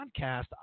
podcast